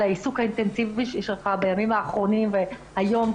על העיסוק האינטנסיבי שלך בימים האחרונים והיום,